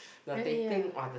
really ah